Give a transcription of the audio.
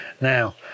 now